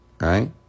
right